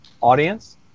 audience